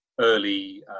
early